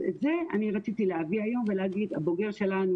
זה אני רציתי להביא היום ולהגיד הבוגר שלנו,